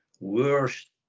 worst